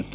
F